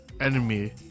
enemy